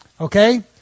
Okay